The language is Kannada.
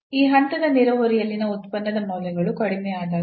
ಈ ಹಂತದ ನೆರೆಹೊರೆಯಲ್ಲಿನ ಉತ್ಪನ್ನದ ಮೌಲ್ಯಗಳು ಕಡಿಮೆಯಾದಾಗ